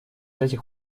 этих